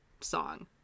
song